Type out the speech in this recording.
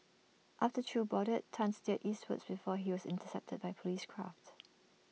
after chew boarded Tan steered eastwards before he was intercepted by Police craft